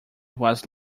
was